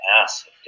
massive